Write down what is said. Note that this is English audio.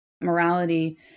Morality